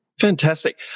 Fantastic